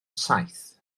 saith